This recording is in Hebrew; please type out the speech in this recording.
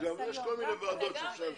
יש כל מיני ועדות שאפשר ללחוץ.